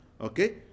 Okay